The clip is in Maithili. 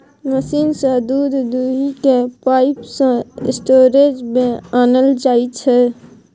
मशीन सँ दुध दुहि कए पाइप सँ स्टोरेज मे आनल जाइ छै